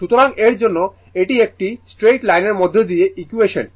সুতরাং এর জন্য এটি একটি স্ট্রেইট লাইনের মধ্য দিয়ে যাওয়া ইকুয়েশন